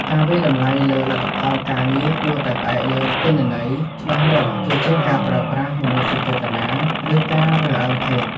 ការវាយតម្លៃលើលទ្ធផលការងារគួរតែផ្អែកលើទិន្នន័យច្បាស់លាស់ជាជាងការប្រើប្រាស់មនោសញ្ចេតនា ឬការរើសអើងភេទ។